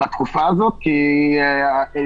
הסטת משאבים,